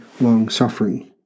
long-suffering